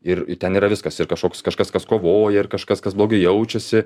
ir ten yra viskas ir kažkoks kažkas kas kovoja ir kažkas kas blogai jaučiasi